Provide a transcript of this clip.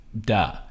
duh